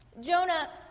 Jonah